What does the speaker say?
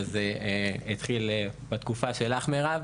זה התחיל בתקופה שלך מירב,